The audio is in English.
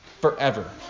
forever